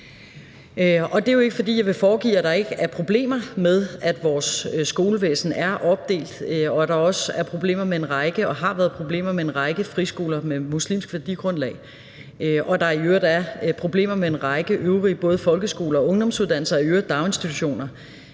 Det er jo ikke, fordi jeg vil foregive, at der ikke er problemer med, at vores skolevæsen er opdelt, og at der også er og har været problemer med en række friskoler med muslimsk værdigrundlag, og at der i øvrigt er problemer med en række øvrige folkeskoler og ungdomsuddannelser og daginstitutioner